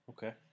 Okay